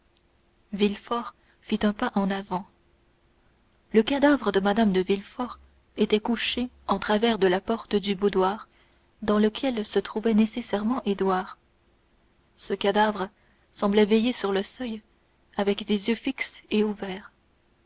fit un pas en avant le cadavre de mme de villefort était couché en travers de la porte du boudoir dans lequel se trouvait nécessairement édouard ce cadavre semblait veiller sur le seuil avec des yeux fixes et ouverts